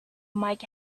might